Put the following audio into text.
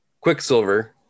Quicksilver